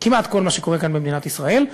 כמעט כל מה שקורה כאן במדינת ישראל.